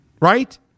right